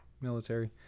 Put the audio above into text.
military